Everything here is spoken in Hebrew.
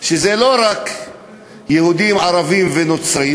שזה לא רק יהודים, ערבים ונוצרים,